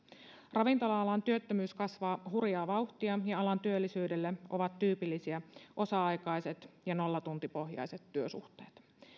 ravintola alan työttömyys kasvaa hurjaa vauhtia ja alan työllisyydelle ovat tyypillisiä osa aikaiset ja nollatuntipohjaiset työsuhteet